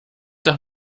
doch